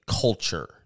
culture